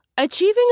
Achieving